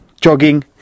jogging